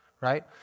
Right